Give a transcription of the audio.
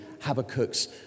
Habakkuk's